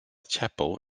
chapel